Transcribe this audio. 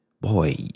Boy